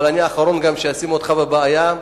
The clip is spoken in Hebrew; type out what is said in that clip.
אבל אני האחרון שאשים אותך בבעיה.